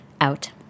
Out